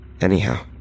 Anyhow